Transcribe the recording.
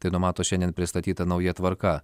tai numato šiandien pristatyta nauja tvarka